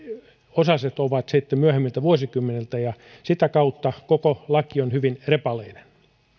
osaset ovat sitten myöhemmiltä vuosikymmeniltä ja sitä kautta koko laki on hyvin repaleinen